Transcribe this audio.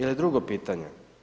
Ili drugo pitanje.